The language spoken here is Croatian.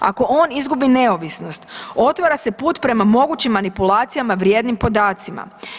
Ako on izgubi neovisnost, otvara se put prema mogućim manipulacijama vrijednim podacima.